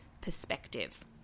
perspective